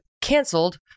canceled